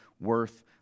worth